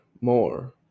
more